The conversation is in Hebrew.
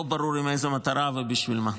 לא ברור לאיזו מטרה ובשביל מה.